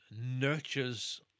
nurtures